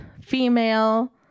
female